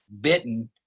bitten